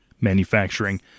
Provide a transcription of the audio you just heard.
manufacturing